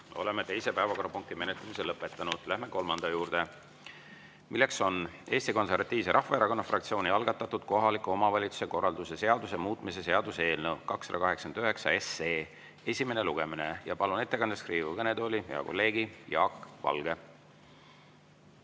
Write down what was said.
Oleme teise päevakorrapunkti menetlemise lõpetanud. Läheme kolmanda [päevakorrapunkti] juurde: Eesti Konservatiivse Rahvaerakonna fraktsiooni algatatud kohaliku omavalitsuse korralduse seaduse muutmise seaduse eelnõu 289 esimene lugemine. Ma palun ettekandeks Riigikogu kõnetooli hea kolleegi Jaak Valge.